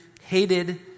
hated